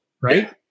right